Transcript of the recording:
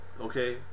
Okay